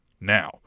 Now